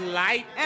light